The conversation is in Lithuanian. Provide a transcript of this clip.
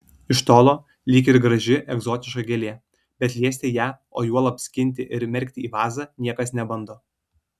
iš tolo lyg ir graži egzotiška gėlė bet liesti ją o juolab skinti ir merkti į vazą niekas nebando